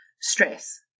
stress